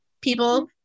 people